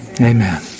Amen